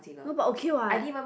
no but okay what